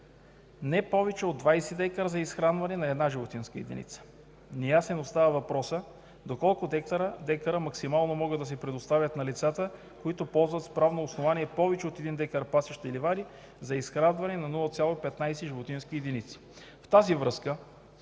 не повече от 20 дка за изхранване на една животинска единица. Неясен остава въпросът до колко декара максимално могат да се предоставят на лицата, които ползват с правно основание повече от 1 дка пасища и ливади за изхранване на 0,15 животински единици. С цел въвеждане